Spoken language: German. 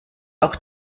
auch